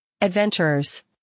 adventurers